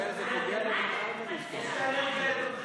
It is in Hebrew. לתומכי טרור.